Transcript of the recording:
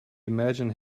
imagined